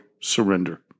surrender